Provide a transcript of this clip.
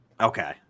Okay